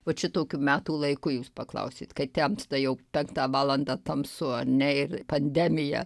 vat šitokiu metų laiku jūs paklausėt kai temsta jau penktą valandą tamsu ar ne ir pandemija